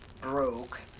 broke